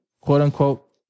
quote-unquote